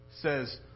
says